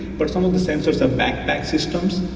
but some of the sensors have backpack systems,